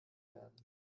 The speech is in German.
werden